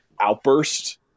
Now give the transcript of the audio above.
outburst